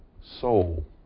soul